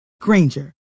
Granger